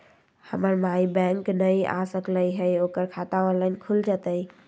हमर माई बैंक नई आ सकली हई, ओकर खाता ऑनलाइन खुल जयतई?